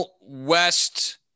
West